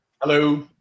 Hello